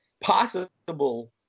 possible